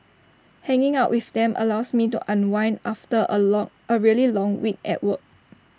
hanging out with them allows me to unwind after A lore A really long week at work